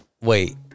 Wait